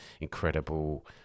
incredible